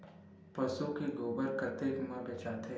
पशु के गोबर कतेक म बेचाथे?